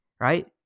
right